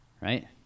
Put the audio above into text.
right